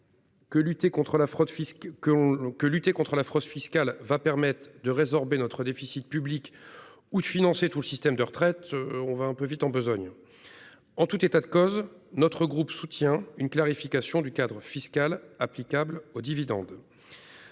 la lutte contre la fraude fiscale résorbera notre déficit public ou financera tout notre système de retraite, on va un peu vite en besogne. En tout état de cause, notre groupe soutient une clarification du cadre fiscal applicable aux dividendes.